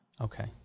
Okay